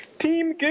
Team